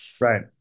Right